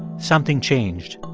something changed